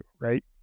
right